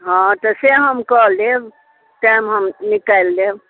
हॅं तऽ से हम कऽ लेब टाइम हम निकालि लेब